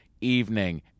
evening